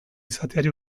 izateari